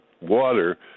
water